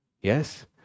Yes